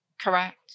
Correct